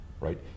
right